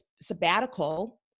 sabbatical